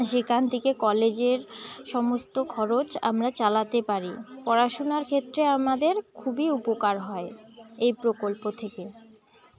সেখান থেকে কলেজের সমস্ত খরচ আমরা চালাতে পারি পড়াশোনার ক্ষেত্রে আমাদের খুবই উপকার হয় এই প্রকল্প থেকে